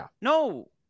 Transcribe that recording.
no